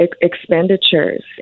expenditures